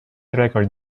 record